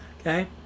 Okay